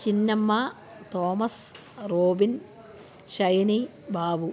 Chinnamma Thomas Robin Shiny Babu